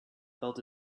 felt